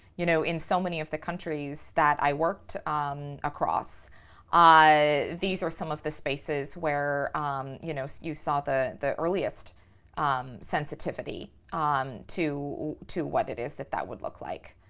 you know, in so many of the countries that i worked um across these are some of the spaces where you know you saw the the earliest um sensitivity um um to to what it is that that would look like.